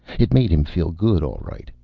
it made him feel good, all right.